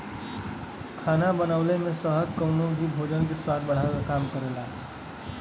खाना बनवले में शहद कउनो भी भोजन के स्वाद बढ़ावे क काम करला